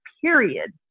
period